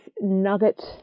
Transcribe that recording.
nugget